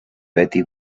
betty